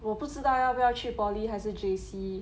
我不知道要不要去 poly~ 还是 J_C